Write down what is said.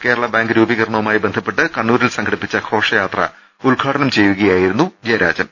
Kerala bank രൂപീകരണവുമായി ബന്ധപ്പെട്ട് കണ്ണൂരിൽ സംഘടിപ്പിച്ച ഘോഷയാത്ര ഉദ്ഘാടനം ചെയ്യുകയായിരുന്നു ജയരാജൻ